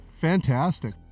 Fantastic